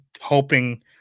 hoping